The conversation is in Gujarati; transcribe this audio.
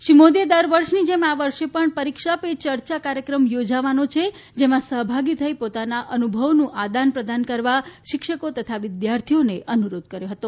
તેમણે દરવર્ષની જેમ આ વર્ષે ૈણ ૈ રીક્ષા ીે યર્યા કાર્યક્રમ યોજાવાનો છે જેમાં સહભાગી થઇ દોતાના અનુભવોનું આદાન પ્રદાન કરવા શિક્ષકો વિદ્યાર્થીઓને અનુરોધ કર્યો હતો